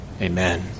Amen